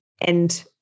And-